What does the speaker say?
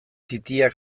titiak